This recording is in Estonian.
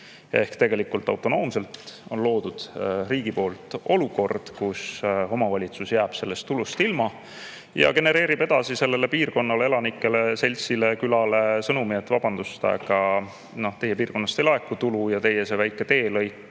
Ehk tegelikult on riik autonoomselt loonud olukorra, kus omavalitsus jääb sellest tulust ilma ja genereerib sellele piirkonnale, elanikele, seltsile, külale sõnumi, et vabandust, aga teie piirkonnast ei laeku tulu ja see teie väike teelõik,